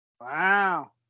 Wow